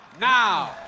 now